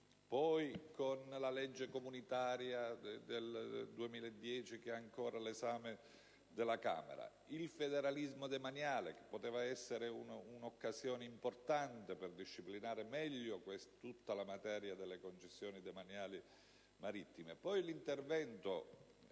poi con la legge comunitaria del 2010 ancora all'esame della Camera, con il federalismo demaniale, che poteva essere un'occasione importante per disciplinare meglio tutta la materia delle concessioni demaniali marittime, con gli interventi,